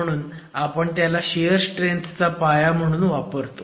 म्हणून आपण त्याला शियर स्ट्रेंथ चा पाया म्हणून वापरतो